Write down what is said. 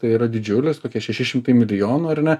tai yra didžiulis kokie šeši šimtai milijonų ar ne